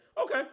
Okay